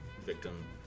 victim